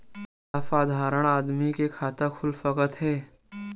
का साधारण आदमी के खाता खुल सकत हे?